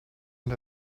and